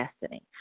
destiny